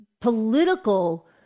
political